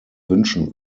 wünschen